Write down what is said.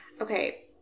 Okay